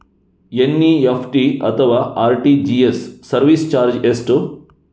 NEFT ಅಥವಾ RTGS service charge ಎಷ್ಟು?